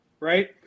Right